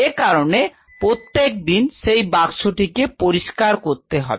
এ কারণে প্রত্যেকদিন সেই বাক্সটি কে পরিষ্কার করতে হবে